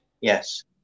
Yes